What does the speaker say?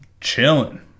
chilling